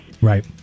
Right